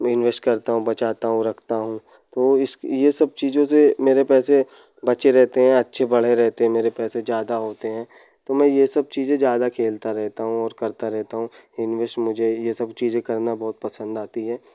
मैं इन्वेस्ट करता हूँ बचाता हूँ रखता हूँ तो इस्क यह सब चीज़ों से मेरे पैसे बचे रहते हैं अच्छे बढ़े रहते हैं मेरे पैसे ज़्यादा होते हैं तो मैं यह सब चीज़ें ज़्यादा खेलता रहता हूँ और करता रहता हूँ हीनवेस मुझे यह सब चीज़ें करना बहुत पसंद आती है